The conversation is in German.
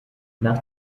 nach